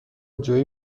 جویی